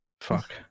Fuck